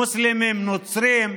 מוסלמים, נוצרים.